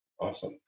Awesome